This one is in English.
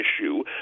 issue